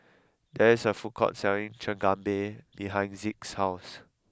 there is a food court selling Chigenabe behind Zeke's house